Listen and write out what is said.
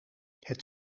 het